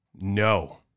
No